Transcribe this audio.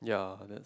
yeah that's